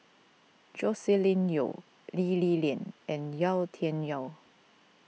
Joscelin Yeo Lee Li Lian and Yau Tian Yau